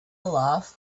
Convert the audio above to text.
love